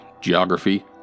geography